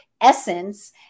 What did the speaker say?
essence